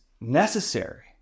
necessary